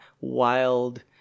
wild